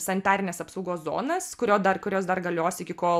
sanitarines apsaugos zonas kurio dar kurios dar galios iki kol